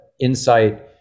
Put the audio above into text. insight